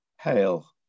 Hail